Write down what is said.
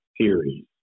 series